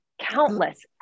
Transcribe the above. countless